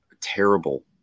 terrible